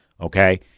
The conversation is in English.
okay